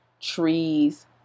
Trees